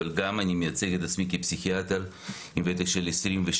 אבל גם אני מייצג את עצמי כפסיכיאטר עם וותק של 26